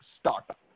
startup